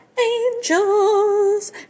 angels